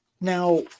Now